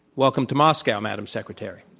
welcome to moscow, madam secretary.